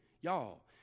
Y'all